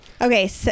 Okay